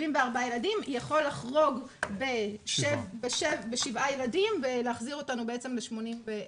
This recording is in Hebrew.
יכול לחרוג בשבעה ילדים ולהחזיר אותנו בעצם ל-82.